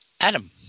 Adam